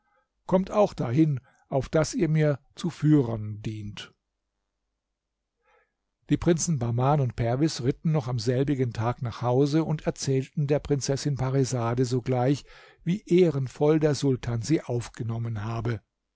kommt auch dahin auf daß ihr mir zu führern dient die prinzen bahman und perwis ritten noch am selbigen tag nach hause und erzählten der prinzessin parisade sogleich wie ehrenvoll der sultan sie aufgenommen habe